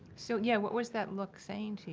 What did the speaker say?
so yeah, what was that look saying to you?